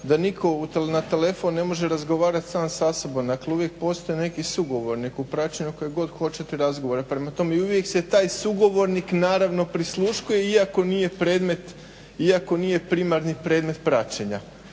da nitko na telefon ne može razgovarati sam sa sobom dakle uvijek postoji neki sugovornik u praćenju kojeg god hoćete razgovora. Prema tome uvijek se taj sugovornik naravno prisluškuje iako nije primarni predmet praćenja